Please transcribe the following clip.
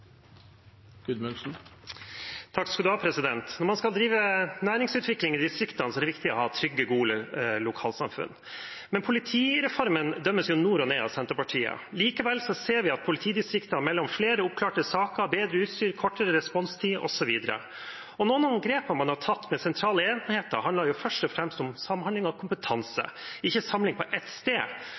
det viktig å ha trygge og gode lokalsamfunn. Politireformen dømmes nord og ned av Senterpartiet, likevel ser vi at politidistriktene melder om flere oppklarte saker, bedre utstyr, kortere responstid, osv. Noen grep man har tatt med sentrale enheter, handler først om samhandling om kompetanse, ikke samling på ett sted.